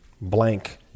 blank